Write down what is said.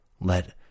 Let